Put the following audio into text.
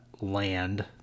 land